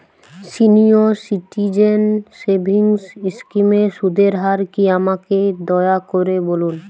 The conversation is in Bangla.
সিনিয়র সিটিজেন সেভিংস স্কিমের সুদের হার কী আমাকে দয়া করে বলুন